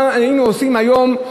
מה היינו עושים היום?